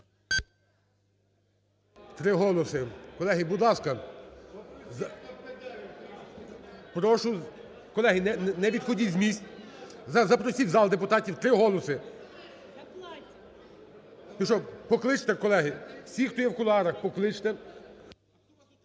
Три голоси. Колеги, будь ласка, прошу. Колеги, не відходьте з міць. Запросіть в зал депутатів. Три голоси. Покличте, колеги, всіх, хто є в кулуарах, покличте.